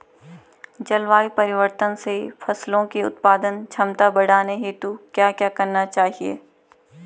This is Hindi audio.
जलवायु परिवर्तन से फसलों की उत्पादन क्षमता बढ़ाने हेतु क्या क्या करना चाहिए?